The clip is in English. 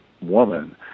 woman